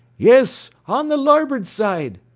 yes, on the larboard side.